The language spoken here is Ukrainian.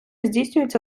здійснюється